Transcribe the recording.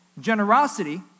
generosity